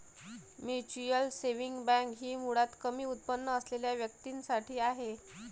mutual saving bank ही मुळात कमी उत्पन्न असलेल्या व्यक्तीं साठी आहे